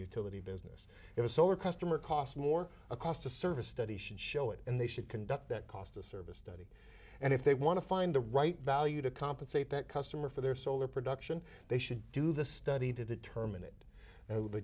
utility business it is so a customer cost more a cost to service study should show it and they should conduct that cost a service study and if they want to find the right value to compensate that customer for their solar production they should do the study to determine it and